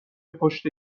پشت